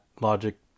logic